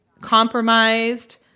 Compromised